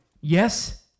Yes